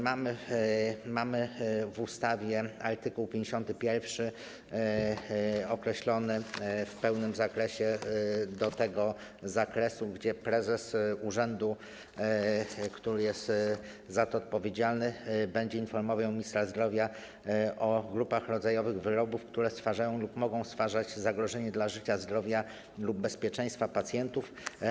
Mamy w ustawie art. 51 określony w pełnym zakresie, gdzie prezes urzędu, który jest za to odpowiedzialny, będzie informował ministra zdrowia o grupach rodzajowych wyrobów, które stwarzają lub mogą stwarzać zagrożenie dla życia, zdrowia lub bezpieczeństwa pacjentów.